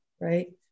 right